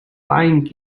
lying